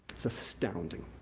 it's astounding,